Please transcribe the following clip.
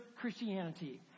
Christianity